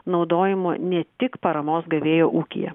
naudojimo ne tik paramos gavėjo ūkyje